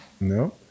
No